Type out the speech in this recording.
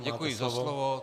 Děkuji za slovo.